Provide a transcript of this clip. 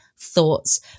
thoughts